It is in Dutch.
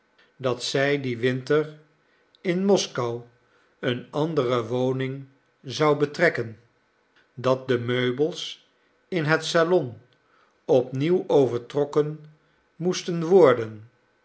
dat zij dien winter in moskou een andere woning zouden betrekken dat de meubels in het salon opnieuw overtrokken moesten worden